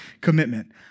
commitment